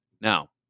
Now